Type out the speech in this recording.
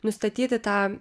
nustatyti tą